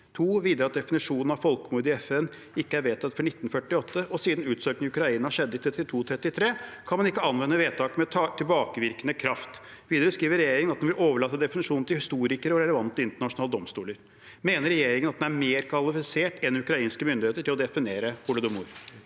og at definisjonen av folkemord i FN ikke ble vedtatt før 1948, så siden utsultingen i Ukraina skjedde i 1932–1933, kan man ikke anvende vedtak med tilbakevirkende kraft. Videre skriver regjeringen at den vil overlate definisjonen til historikere og relevante internasjonale domstoler. Mener regjeringen at den er mer kvalifisert enn ukrainske myndigheter til å definere holodomor?